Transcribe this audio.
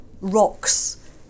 rocks